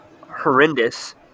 horrendous